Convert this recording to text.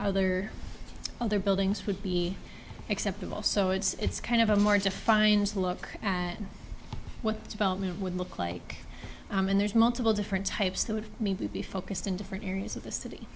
other other buildings would be acceptable so it's kind of a more defined to look at what development would look like and there's multiple different types that would be focused in different areas of the city